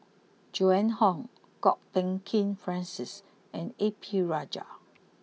Joan Hon Kwok Peng Kin Francis and A P Rajah